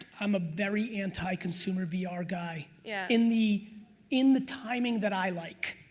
i'm a very anti-consumer vr ah guy yeah in the in the timing that i like.